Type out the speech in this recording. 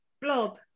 Blob